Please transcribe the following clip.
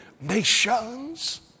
nations